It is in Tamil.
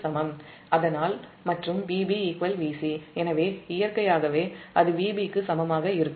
அதனால்மற்றும் Vb Vc இயற்கையாகவே அது Vb க்கு சமமாக இருக்கும்